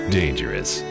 dangerous